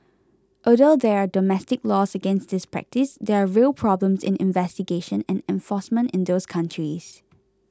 although there are domestic laws against this practice there are real problems in investigation and enforcement in those countries